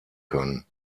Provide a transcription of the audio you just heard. können